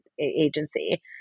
agency